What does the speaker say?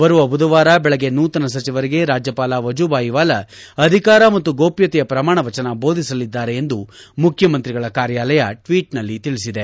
ಬರುವ ಬುಧವಾರ ಬೆಳಗ್ಗೆ ನೂತನ ಸಚಿವರಿಗೆ ರಾಜ್ಯಪಾಲ ವಜೂಬಾಯಿವಾಲ ಅಧಿಕಾರ ಮತ್ತು ಗೋಷ್ತತೆಯ ಪ್ರಮಾಣವಚನ ದೋಧಿಸಲಿದ್ದಾರೆ ಎಂದು ಮುಖ್ಯಮಂತ್ರಿಗಳ ಕಾರ್ಯಾಲಯ ಟ್ಲೀಟ್ನಲ್ಲಿ ತಿಳಿಬಿದೆ